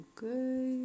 Okay